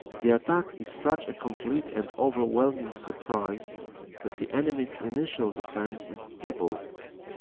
the attack is such a complete and overwhelming surprise that the enemy's initial defense is feeble.